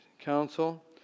council